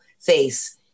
face